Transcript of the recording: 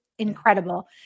incredible